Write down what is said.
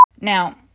Now